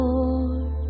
Lord